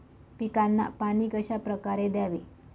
पिकांना पाणी कशाप्रकारे द्यावे?